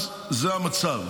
אז זה המצב.